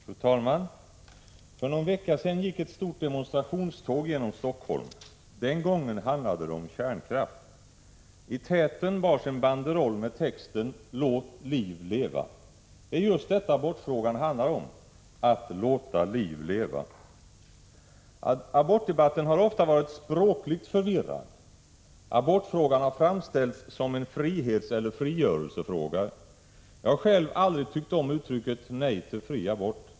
Fru talman! För någon vecka sedan gick ett stort demonstrationståg genom Stockholm. Den gången handlade det om kärnkraft. I täten bars en banderoll med texten: Låt liv leva. Det är just detta abortfrågan handlar om: att låta liv leva. Abortdebatten har ofta varit språkligt förvirrande. Abortfrågan har framställts som en frihetsoch frigörelsefråga. Jag har själv aldrig tyckt om uttrycket ”Nej till fri abort”.